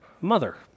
mother